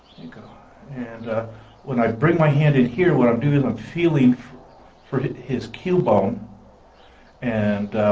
and when i bring my hand in here what i'm doing is i'm feeling for his his keel bone and